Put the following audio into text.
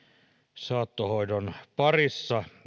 saattohoidon parissa